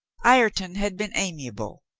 ireton had been amiable.